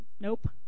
nope